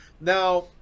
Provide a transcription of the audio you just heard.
now